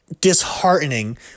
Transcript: disheartening